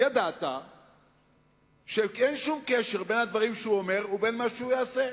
ידעת שאין שום קשר בין הדברים שהוא אומר ובין מה שהוא יעשה.